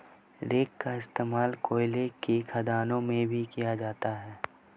rake का इश्तेमाल कोयले के खदानों में भी किया जाता है